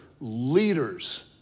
leaders